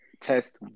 test